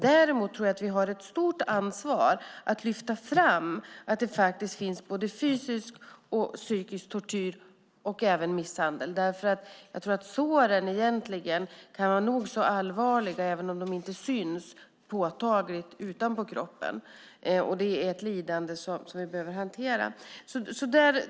Däremot tror jag att vi har ett stort ansvar att lyfta fram att det faktiskt finns både fysisk och psykisk tortyr och även misshandel, för jag tror att såren egentligen kan vara nog så allvarliga även om de inte syns utanpå kroppen. Det är ett lidande vi behöver hantera.